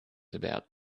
about